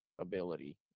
ability